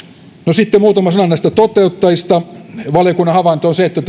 sitten muutama sana näistä toteuttajista valiokunnan havainto on se että